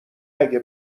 اگه